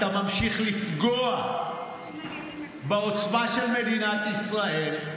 אתה ממשיך לפגוע בעוצמה של מדינת ישראל,